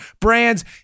brands